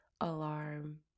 alarm